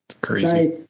crazy